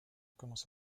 commence